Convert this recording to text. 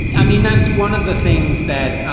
i mean, that's one of the things that